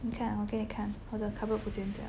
你看我给你看我的 cupboard 不见掉